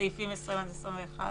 וסעיפים 20 עד 21ב?